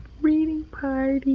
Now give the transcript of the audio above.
reading party!